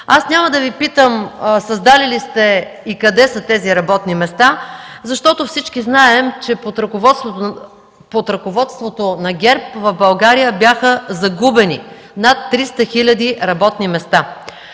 Аз няма да Ви питам създали ли сте и къде са тези работни места, защото всички знаем, че под ръководството на ГЕРБ в България бяха загубени над 300 хиляди работни места.